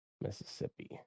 mississippi